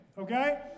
Okay